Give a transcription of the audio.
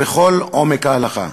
וכל עומק ההלכה,